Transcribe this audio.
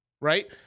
Right